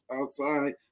outside